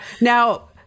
Now